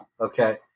Okay